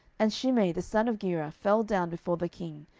and shimei the son of gera fell down before the king,